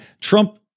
Trump